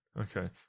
okay